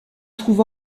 trouve